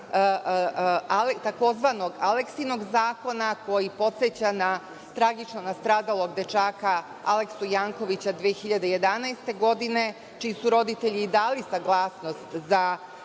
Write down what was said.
tzv. Aleksinog zakona, koji podseća na tragično nastradalog dečaka Aleksu Jankovića 2011. Godine, čiji su roditelji dali saglasnost za